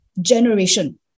generation